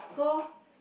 so